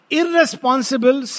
irresponsible